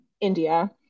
india